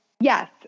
Yes